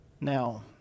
now